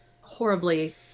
horribly